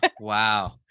Wow